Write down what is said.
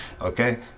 okay